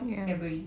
ya